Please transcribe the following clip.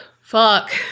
fuck